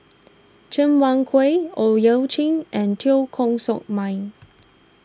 Cheng Wai Keung Owyang Chi and Teo Koh Sock Miang